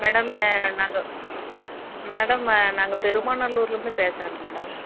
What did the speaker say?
madam நாங்கள் madam நாங்கள் பெருமாநல்லூர்லேருந்து பேசுகிறேங்க மேடம்